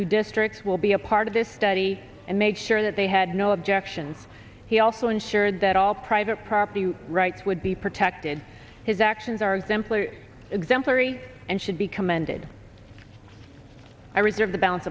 who districts will be a part of this study and make sure that they had no objections he also ensured that all private property rights would be protected his actions are exemplary exam sorry and should be commended i reserve the balance